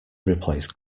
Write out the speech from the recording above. replace